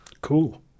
Cool